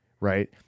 right